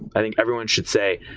i think everyone should say,